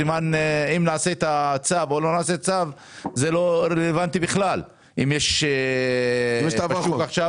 זה לא רלוונטי אם נאשר את הצו או לא נאשר אותו אם זה כבר נמצא בשוק.